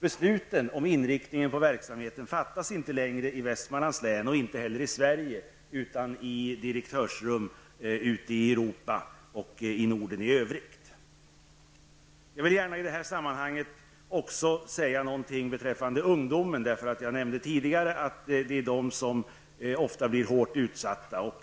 Besluten om inriktningen på verksamheten fattas inte längre i Västmanlands län och inte heller i Sverige utan i direktörsrum ute i Europa och i Jag vill i detta sammanhang också gärna säga något om ungdomarna. Jag nämnde tidigare att det är de som ofta blir hårt utsatta.